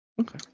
Okay